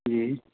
جی